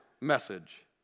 message